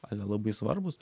ale labai svarbūs